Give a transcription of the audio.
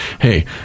hey